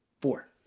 Four